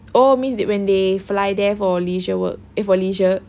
oh means they when they fly there for leisure work eh for leisure